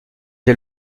dès